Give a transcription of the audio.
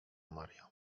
maria